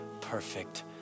perfect